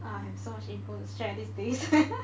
I have so much info to share these days